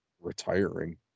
retiring